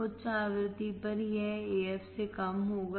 उच्च आवृत्ति पर यह AF से कम होगा